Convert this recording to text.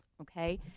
okay